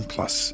Plus